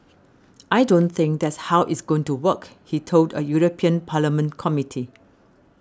I don't think that's how it's going to work he told a European Parliament Committee